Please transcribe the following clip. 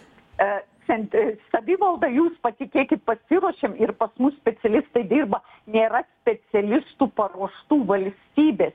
e centri savivalda jūs patikėkit pasiruošėm ir pas mus specialistai dirba nėra specialistų paruoštų valstybės